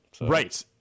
Right